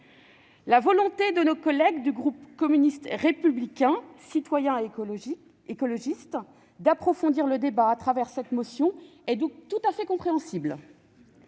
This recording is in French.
La volonté de nos collègues du groupe communiste républicain citoyen et écologiste d'approfondir le débat, au travers de cette motion, est donc tout à fait compréhensible.